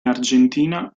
argentina